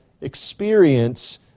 experience